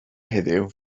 heddiw